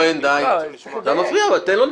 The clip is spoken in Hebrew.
אתה אומר שני דברים שונים.